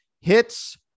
hits